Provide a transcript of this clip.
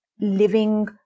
living